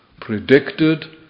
predicted